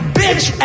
bitch